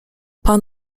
pan